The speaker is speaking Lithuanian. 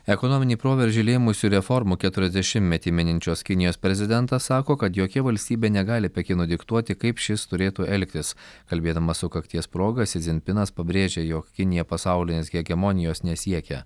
ekonominį proveržį lėmusių reformų keturiasdešimtmetį mininčios kinijos prezidentas sako kad jokia valstybė negali pekinui diktuoti kaip šis turėtų elgtis kalbėdamas sukakties proga si dzinpinas pabrėžė jog kinija pasaulinės hegemonijos nesiekia